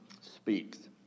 speaks